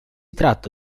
tratta